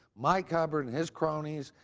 mike hubbard and his cronies,